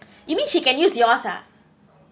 you mean she can use yours ah